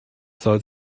soll